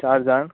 चार जाण